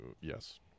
Yes